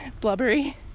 blubbery